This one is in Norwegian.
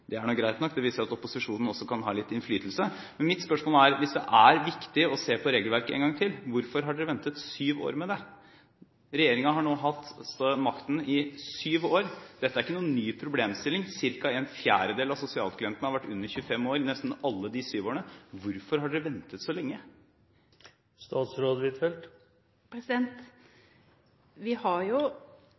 jo greit nok, det viser at opposisjonen også kan ha litt innflytelse. Mitt spørsmål er da: Hvis det er viktig å se på regelverket en gang til, hvorfor har man ventet syv år med det? Regjeringen har nå hatt makten i syv år. Dette er ikke noen ny problemstilling, ca. en fjerdedel av sosialklientene har vært under 25 år i nesten alle de syv årene. Hvorfor har man ventet så lenge? Vi har